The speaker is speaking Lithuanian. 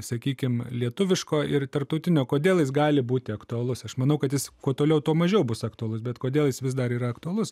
sakykim lietuviško ir tarptautinio kodėl jis gali būti aktualus aš manau kad jis kuo toliau tuo mažiau bus aktualus bet kodėl jis vis dar yra aktualus